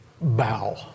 bow